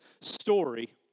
story